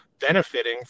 benefiting